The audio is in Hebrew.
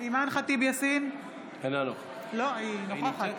אינה נוכחת ווליד טאהא,